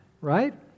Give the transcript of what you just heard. right